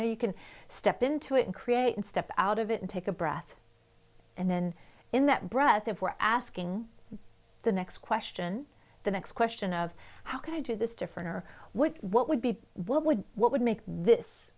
know you can step into it and create and step out of it and take a breath and then in that breath of we're asking the next question the next question of how could i do this different or would what would be what would what would make this